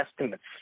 estimates